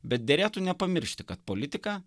bet derėtų nepamiršti kad politika